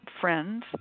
friends